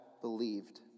believed